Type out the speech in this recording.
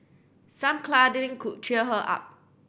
some could cheer her up